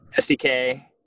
SDK